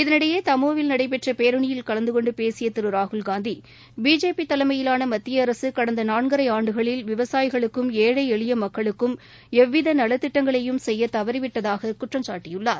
இதனிடையே தமோவில் நடைபெற்ற பேரணியில் கலந்து கொண்டு பேசிய ராகுல் காந்தி பிஜேபி தலைமையிலாள மத்திய அரசு கடந்த நாள்கரை ஆண்டுகளில் விவசாயிகளுக்கும் ஏழை எளிய மக்களுக்கும் எவ்வித நலத்திட்டங்களை செய்ய தவறிவிட்டதாக குற்றம் சாட்டியுள்ளார்